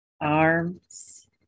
arms